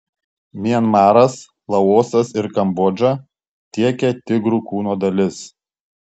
mianmaras laosas ir kambodža tiekia tigrų kūno dalis